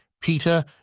Peter